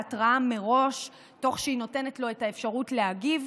בהתראה מראש תוך שהיא נותנת לו את האפשרות להגיב,